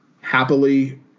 happily